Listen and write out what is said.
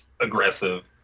aggressive